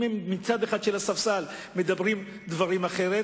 מכל צד של הספסל מדברים דברים אחרים,